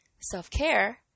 Self-care